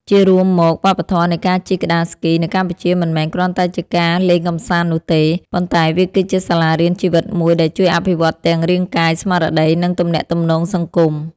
ជារួមមក វប្បធម៌នៃការជិះក្ដារស្គីនៅកម្ពុជាមិនមែនគ្រាន់តែជាការលេងកម្សាន្តនោះទេ ប៉ុន្តែវាគឺជាសាលារៀនជីវិតមួយដែលជួយអភិវឌ្ឍទាំងរាងកាយ ស្មារតី និងទំនាក់ទំនងសង្គម។